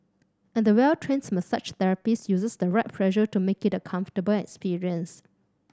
and the well trains massage therapist uses the right pressure to make it a comfortable experience